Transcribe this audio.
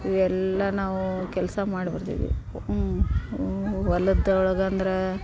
ಇವೆಲ್ಲ ನಾವು ಕೆಲಸ ಮಾಡಿ ಬರ್ತಿದ್ವಿ ಹೊಲದ್ದೊಳಗೆ ಅಂದ್ರೆ